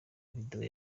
video